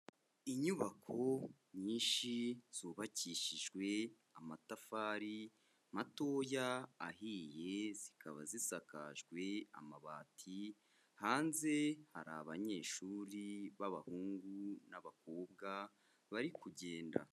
Inyubako nyinshi zubakishijwe amatafari matoya ahiye, zikaba zisakajwe amabati, hanze hari abanyeshuri b'abahungu n'abakobwa bari kugenda.